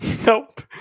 Nope